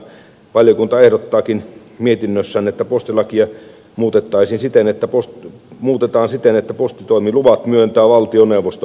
valiokunta ehdottaakin mietinnössään että postilakia muutetaan siten että postitoimiluvat myöntää valtioneuvosto